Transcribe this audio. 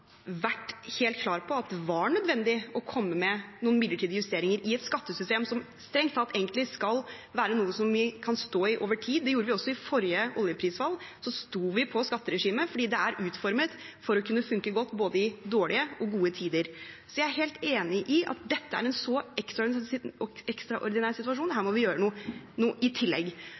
vært helt klar på at det var nødvendig å komme med noen midlertidige justeringer i et skattesystem som strengt tatt egentlig skal være noe vi kan stå i over tid. Det gjorde vi ved forrige oljeprisfall – da sto vi på skatteregimet, fordi det er utformet for å kunne fungere godt i både dårlige og gode tider. Jeg er helt enig i at dette er en så ekstraordinær situasjon at her må vi gjøre noe i tillegg.